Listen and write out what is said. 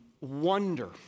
wonder